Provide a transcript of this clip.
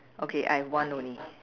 okay I have one only